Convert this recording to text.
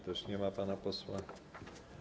Też nie ma pana posła.